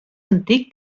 antic